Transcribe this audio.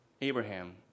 Abraham